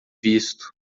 visto